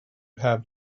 have